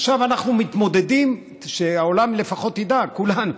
עכשיו אנחנו מתמודדים, שהעולם לפחות ידע, אנחנו,